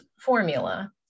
formula